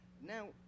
Now